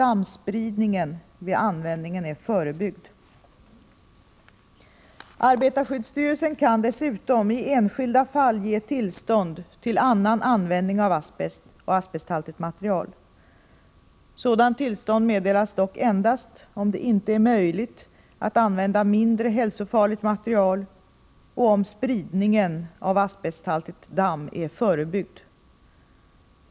Arbetarskyddsstyrelsen kan dessutom i enskilda fall ge tillstånd till annan användning av asbest och asbesthaltigt material. Sådant tillstånd meddelas dock endast om det inte är möjligt att använda mindre hälsofarligt material och om spridningen av asbesthaltigt damm är förebyggd.